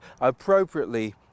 appropriately